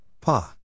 Pa